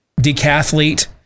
decathlete